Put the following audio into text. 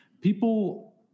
people